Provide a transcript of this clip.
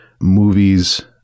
movies